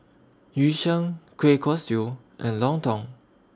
Yu Sheng Kueh Kosui and Lontong